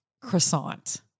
croissant